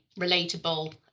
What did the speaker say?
relatable